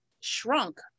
shrunk